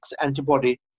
antibody